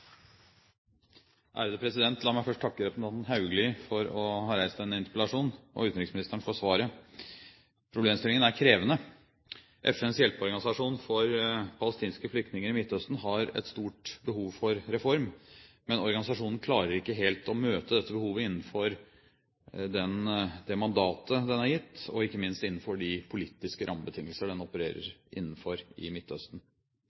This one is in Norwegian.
i dag. La meg først takke representanten Haugli for å ha reist denne interpellasjonen og utenriksministeren for svaret. Problemstillingen er krevende. FNs hjelpeorganisasjon for palestinske flyktninger i Midtøsten har et stort behov for reform, men organisasjonen klarer ikke helt å møte dette behovet innenfor det mandatet den er gitt, og ikke minst innenfor de politiske rammebetingelser den opererer innenfor i Midtøsten.